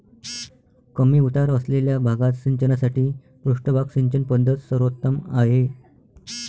कमी उतार असलेल्या भागात सिंचनासाठी पृष्ठभाग सिंचन पद्धत सर्वोत्तम आहे